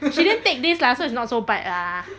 she didn't take this lah so it's not so bad lah